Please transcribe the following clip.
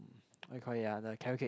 what called it ah the Carrot Cake